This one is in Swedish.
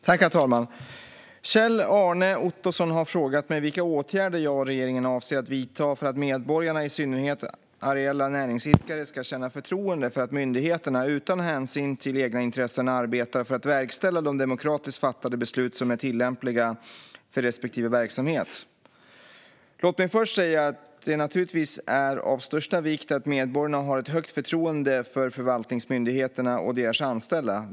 Herr talman! Kjell-Arne Ottosson har frågat mig vilka åtgärder jag och regeringen avser att vidta för att medborgarna - i synnerhet areella näringsidkare - ska känna förtroende för att myndigheterna, utan hänsyn till egna intressen, arbetar för att verkställa de demokratiskt fattade beslut som är tillämpliga för respektive verksamhet. Låt mig först säga att det naturligtvis är av största vikt att medborgarna har ett högt förtroende för förvaltningsmyndigheterna och deras anställda.